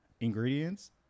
ingredients